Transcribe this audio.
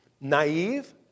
naive